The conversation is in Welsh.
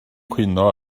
cwyno